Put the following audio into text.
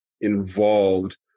involved